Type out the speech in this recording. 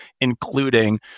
including